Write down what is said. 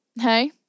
Hey